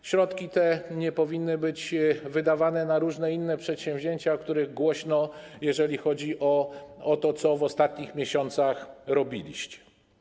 Te środki nie powinny być wydawane na różne inne przedsięwzięcia, o których głośno, jeżeli chodzi o to, co w ostatnich miesiącach robiliście.